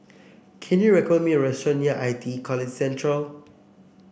can you recommend me a restaurant near I T E College Central